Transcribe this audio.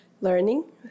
learning